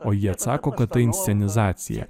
o ji atsako kad tai inscenizacija